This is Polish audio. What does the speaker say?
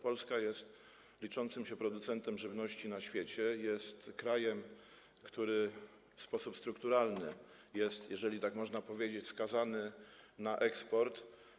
Polska jest liczącym się producentem żywności na świecie, jest krajem, który w sposób strukturalny jest, jeżeli tak można powiedzieć, skazany na eksport.